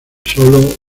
sólo